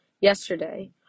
Yesterday